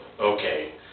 okay